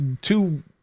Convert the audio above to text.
two